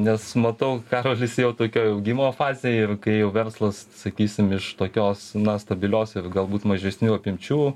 nes matau karolis jau tokioj augimo fazėj ir kai jau verslas sakysim iš tokios na stabilios ir galbūt mažesnių apimčių